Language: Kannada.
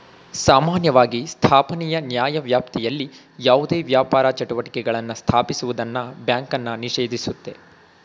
ಸಾಮಾನ್ಯವಾಗಿ ಸ್ಥಾಪನೆಯ ನ್ಯಾಯವ್ಯಾಪ್ತಿಯಲ್ಲಿ ಯಾವುದೇ ವ್ಯಾಪಾರ ಚಟುವಟಿಕೆಗಳನ್ನ ಸ್ಥಾಪಿಸುವುದನ್ನ ಬ್ಯಾಂಕನ್ನ ನಿಷೇಧಿಸುತ್ತೆ